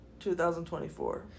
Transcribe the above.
2024